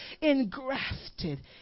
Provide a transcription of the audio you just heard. engrafted